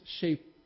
shape